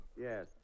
Yes